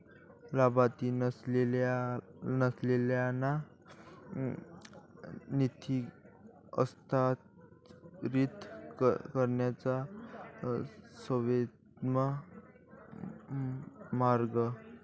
लाभार्थी नसलेल्यांना निधी हस्तांतरित करण्याचा सर्वोत्तम मार्ग